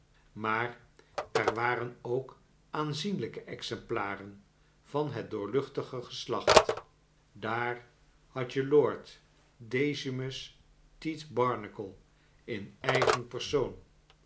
maar er waren ook aanzienliike exemplaren van het doorluchtige geslacht daar had je lord decimus tite barnacle in eigen persoon